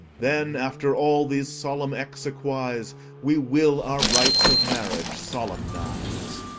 then, after all these solemn exequies, we will our rites of marriage solemnize.